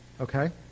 okay